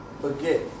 forget